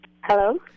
Hello